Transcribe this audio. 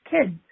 kids